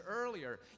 earlier